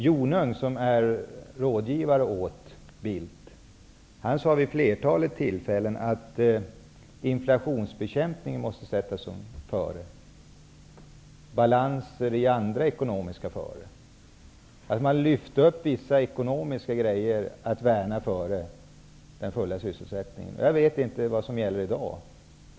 Jonung, som är rådgivare åt Bildt, har vid ett flertal tillfällen sagt att man måste sätta inflationsbekämpningen före den fulla sysselsättningen -- värna vissa ekonomiska intressen före. Jag vet inte vad som på den här punkten gäller i dag.